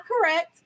correct